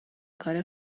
کار